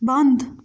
بنٛد